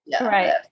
Right